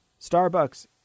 Starbucks